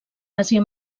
àsia